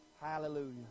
Hallelujah